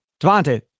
Devante